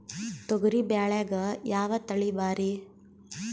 ತೊಗರಿ ಬ್ಯಾಳ್ಯಾಗ ಯಾವ ತಳಿ ಭಾರಿ?